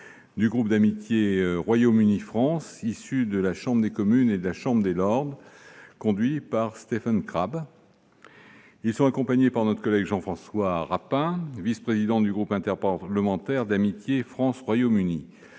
du groupe d'amitié Royaume-Uni-France, issus de la Chambre des Communes et de la Chambre des Lords, conduite par Stephen Crabb. Ils sont accompagnés par notre collègue Jean-François Rapin, vice-président du groupe interparlementaire d'amitié France-Royaume-Uni.